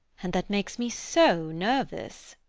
and that makes me so nervous.